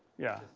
yeah.